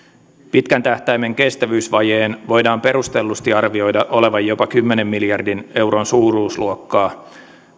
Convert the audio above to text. pitkän tähtäimen kestävyysvajeen voidaan perustellusti arvioida olevan jopa kymmenen miljardin euron suuruusluokkaa